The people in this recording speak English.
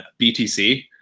BTC